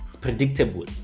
predictable